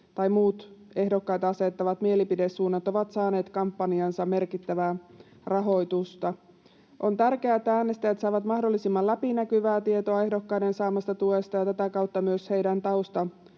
tai muut ehdokkaita asettavat mielipidesuunnat ovat saaneet kampanjaansa merkittävää rahoitusta. On tärkeää, että äänestäjät saavat mahdollisimman läpinäkyvää tietoa ehdokkaiden saamasta tuesta ja tätä kautta myös heidän